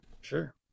Sure